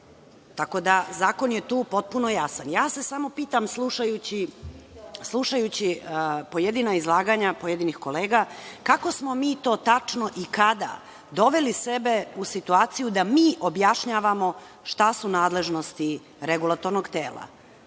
tako da je zakon tu potpuno jasan. Ja se samo pitam, slušajući pojedina izlaganja pojedinih izlaganja pojedinih kolega, kako smo mi to tačno i kada doveli sebe u situaciju da mi objašnjavamo šta su nadležnosti regulatornog tela?